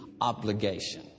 obligation